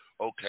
okay